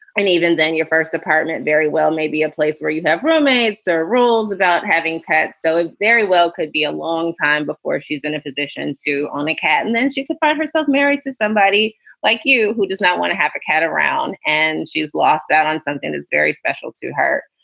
and even then, your first apartment very well may be a place where you have roommates or rules about having cats. so it very well could be a long time before she's in a position to own a cat. and then she could find herself married to somebody like you who does not want to have a cat around and she's lost out on something that's very special to her.